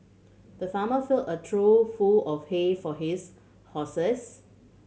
the farmer filled a trough full of hay for his horses